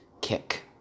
kick